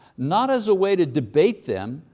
not as a way to debate them,